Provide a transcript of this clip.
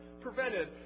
prevented